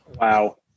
wow